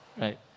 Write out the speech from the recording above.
right